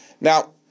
Now